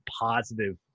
positive